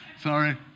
sorry